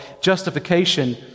Justification